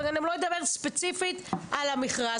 ואני גם לא אדבר ספציפית על המכרז.